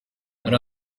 hari